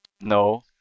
no